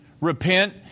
repent